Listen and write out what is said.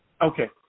Okay